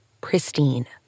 pristine